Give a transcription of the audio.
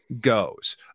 goes